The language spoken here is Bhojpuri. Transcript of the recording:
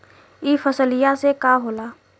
ई फसलिया से का होला?